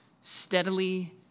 steadily